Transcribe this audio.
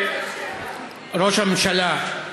ראש הממשלה,